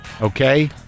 okay